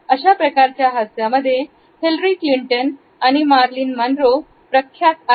अशाप्रकारच्या हास्यामध्ये Hillary Clinton आणि मार्लिन मनरो प्रख्यात आहेत